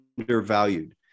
undervalued